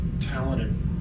talented